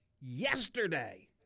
yesterday